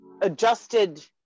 adjusted